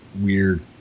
weird